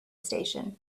station